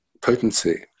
potency